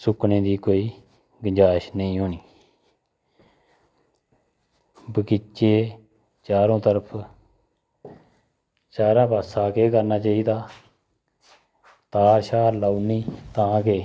सुक्कनै दी कोई गंजैश निं होनी बगीचे चारो तरफ चारै पास्सै केह् करना चाहिदा तार लाई ओड़नी तां गै